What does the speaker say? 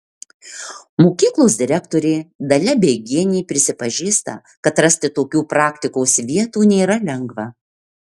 mokyklos direktorė dalia beigienė prisipažįsta kad rasti tokių praktikos vietų nėra lengva